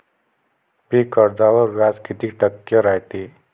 पीक कर्जावर व्याज किती टक्के रायते?